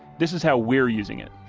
this is how we're using it.